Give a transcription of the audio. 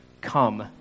Come